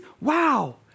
wow